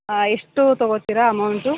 ಆಂ ಎಷ್ಟು ತಗೋತೀರಾ ಅಮೌಂಟು